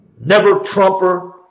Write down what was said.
never-Trumper